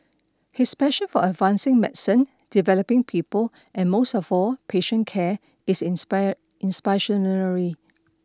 his passion for advancing medicine developing people and most of all patient care is inspire inspirational